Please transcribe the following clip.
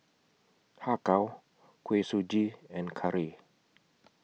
Har Kow Kuih Suji and Curry